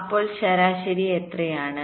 അപ്പോൾ ശരാശരി എത്രയാണ്